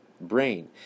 brain